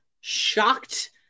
shocked